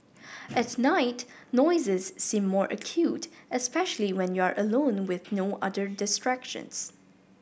at night noises seem more acute especially when you are alone with no other distractions